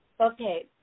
Okay